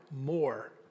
more